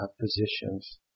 positions